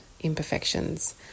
imperfections